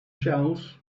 shells